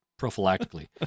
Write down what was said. prophylactically